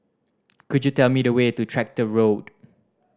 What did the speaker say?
could you tell me the way to Tractor Road